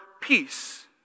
peace